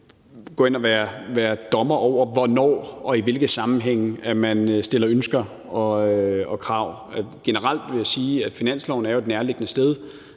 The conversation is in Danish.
gå ind og være dommer over, hvornår og i hvilke sammenhænge man fremsætter ønsker og krav. Generelt vil jeg sige, at finansloven jo er et nærliggende sted,